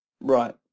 Right